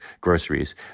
groceries